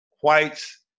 whites